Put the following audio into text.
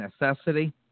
necessity